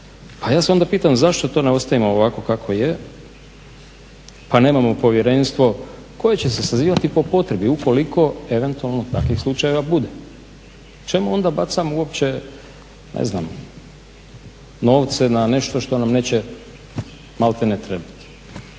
pa ja se onda pitam zašto to ne ostavimo ovako kako je? Pa nemamo povjerenstvo koje će se sazivati po potrebi ukoliko eventualno takvih slučajeva bude. Čemu onda bacamo uopće novce na nešto što nam neće maltene trebati